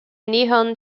nihon